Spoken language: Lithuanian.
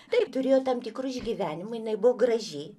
taip turėjo tam tikrų išgyvenimų jinai buvo graži